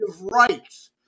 rights